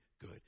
good